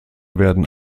werden